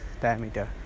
diameter